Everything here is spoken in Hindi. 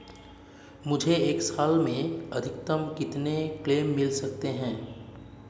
मुझे एक साल में अधिकतम कितने क्लेम मिल सकते हैं?